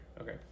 okay